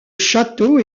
château